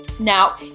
now